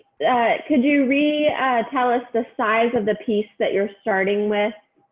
that could you read tell us the size of the piece that you're starting with